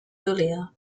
earlier